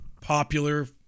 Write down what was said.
Popular